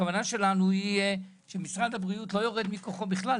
הכוונה שלנו היא שמשרד הבריאות לא יורד מכוחו בכלל,